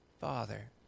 Father